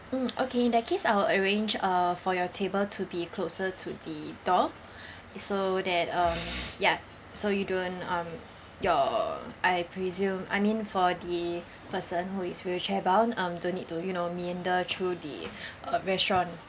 mm okay in that case I'll arrange uh for your table to be closer to the door so that um ya so you don't um your I presume I mean for the person who is wheelchair bound um don't need to you know meander through the uh restaurant